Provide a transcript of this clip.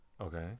Okay